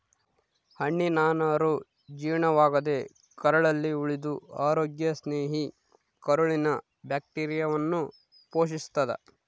ಹಣ್ಣಿನನಾರು ಜೀರ್ಣವಾಗದೇ ಕರಳಲ್ಲಿ ಉಳಿದು ಅರೋಗ್ಯ ಸ್ನೇಹಿ ಕರುಳಿನ ಬ್ಯಾಕ್ಟೀರಿಯಾವನ್ನು ಪೋಶಿಸ್ತಾದ